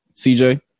CJ